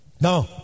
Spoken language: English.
No